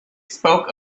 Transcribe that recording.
spoke